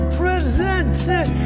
presented